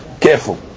careful